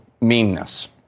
meanness